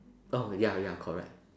oh ya ya correct